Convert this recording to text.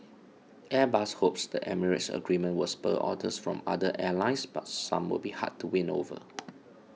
Airbus hopes the Emirates agreement will spur orders from other airlines but some will be hard to win over